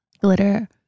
Glitter